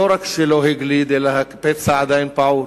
לא רק שלא הגליד אלא הפצע עדיין פעור,